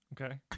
Okay